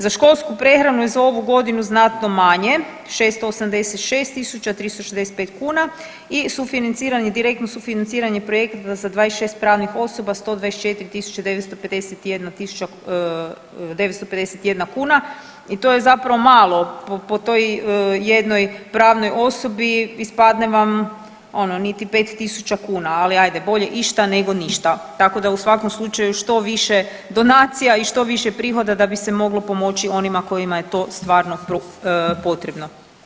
Za školsku prehranu je za ovu godinu znatno manje, 686 365 kuna i sufinanciran je, direktno sufinanciranje projekta za 26 pravnih osoba, 124 951 kuna i to je zapravo malo po toj jednoj pravnoj osobi, ispadne vam, ono, niti 5 tisuća kuna, ali ajde, bolje išta nego ništa tako da u svakom slučaju, što više donacija i što više prihoda da bi se moglo pomoći onima kojima je to stvarno potrebno.